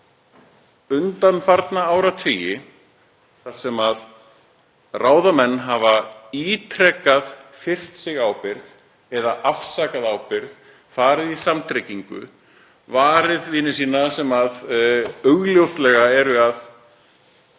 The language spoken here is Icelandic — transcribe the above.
undanfarna áratugi þar sem ráðamenn hafa ítrekað firrt sig ábyrgð eða afsakað ábyrgð, farið í samtryggingu, varið vini sína sem augljóslega eru